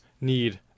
need